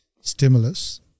stimulus